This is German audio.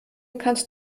kannst